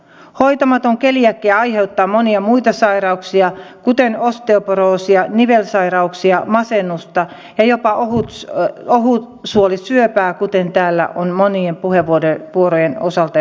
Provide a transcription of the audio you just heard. hoitamaton keliakia aiheuttaa monia muita sairauksia kuten osteoporoosia nivelsai rauksia masennusta ja jopa ohutsuolisyöpää kuten täällä on monien puheenvuorojen osalta jo todettu